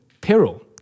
peril